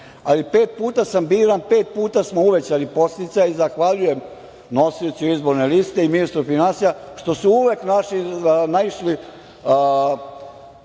ali pet puta sam biran, pet puta smo uvećali podsticaj. Zahvaljujem nosiocu Izborne liste i ministru finansija što su uvek našli razumevanja